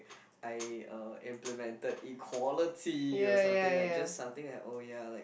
I uh implemented equality or something like just something like oh ya like